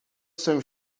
jsem